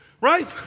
right